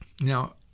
Now